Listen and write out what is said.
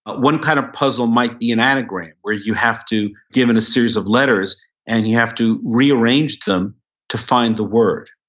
but one kind of puzzle might be an anagram where you have to given a series of letters and you have to rearrange them to find the word.